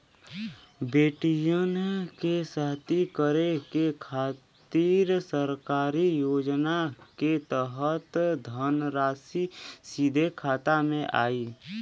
बेटियन के शादी करे के खातिर सरकारी योजना के तहत धनराशि सीधे खाता मे आई?